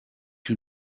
you